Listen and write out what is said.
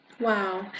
Wow